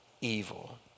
Evil